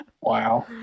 Wow